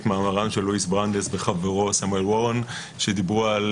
את מאמרם של לואיס ברנדס וחברו סמואל וורן שדיברו על